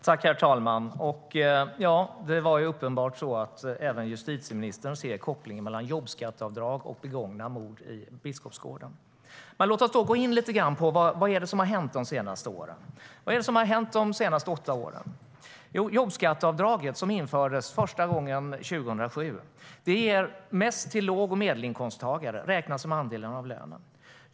Herr talman! Ja, det var uppenbart så att även justitieministern ser kopplingen mellan jobbskatteavdrag och begångna mord i Biskopsgården.Men låt oss då gå in lite grann på vad som har hänt de senaste åren! Vad är det som har hänt de senaste åtta åren? Jo, jobbskatteavdraget infördes första gången 2007. Det ger mest till låg och medelinkomsttagare, räknat som andel av lönen.